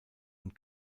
und